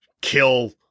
kill